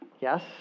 Yes